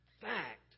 fact